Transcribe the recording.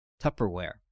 Tupperware